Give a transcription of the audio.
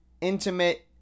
intimate